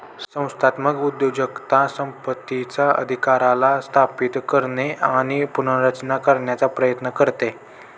संस्थात्मक उद्योजकता संपत्तीचा अधिकाराला स्थापित करणे आणि पुनर्रचना करण्याचा प्रयत्न करते